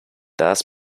das